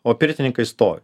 o pirtininkai stovi